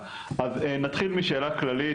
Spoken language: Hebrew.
נתחיל משאלה כללית,